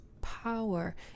power